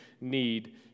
need